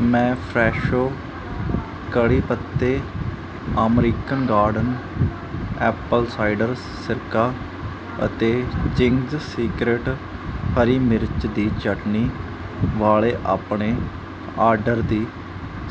ਮੈਂ Fresho curry ਪੱਤੇ American garden apple cider ਸਿਰਕਾ ਅਤੇ ਚਿੰਗਜ਼ ਸੀਕਰੇਟ ਹਰੀ ਮਿਰਚ ਦੀ ਚਟਣੀ ਵਾਲੇ ਆਪਣੇ ਆਰਡਰ ਦੀ